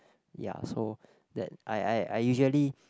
ya so that I I I usually